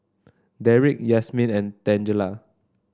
Deric Yasmeen and Tangela